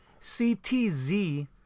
CTZ